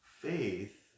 faith